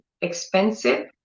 expensive